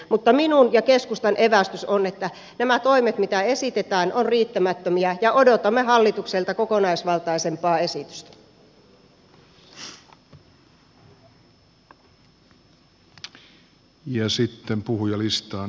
mutta minun ja keskustan evästys on että nämä toimet mitä esitetään ovat riittämättömiä ja odotamme hallitukselta kokonaisvaltaisempaa esitystä